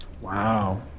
Wow